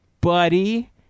buddy